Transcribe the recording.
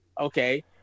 okay